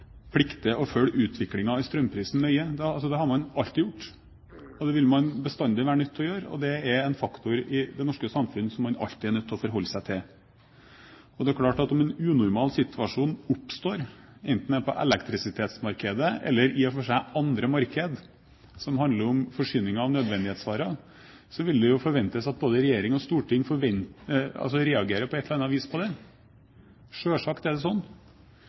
plikter å følge utviklingen i strømprisen nøye. Det har man alltid gjort, og det vil man bestandig være nødt til å gjøre. Det er en faktor i det norske samfunnet som man alltid er nødt til å forholde seg til. Det er klart at om en unormal situasjon oppstår, enten det er på elektrisitetsmarkedet eller i og for seg på andre markeder som handler om forsyninger av nødvendighetsvarer, vil det forventes at både regjering og storting reagerer på det på et eller annet vis. Selvsagt er det sånn. Det er jo akkurat det